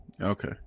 Okay